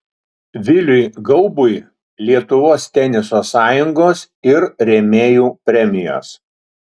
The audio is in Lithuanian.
viliui gaubui lietuvos teniso sąjungos ir rėmėjų premijos